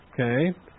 Okay